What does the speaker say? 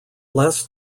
less